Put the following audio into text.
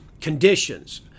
conditions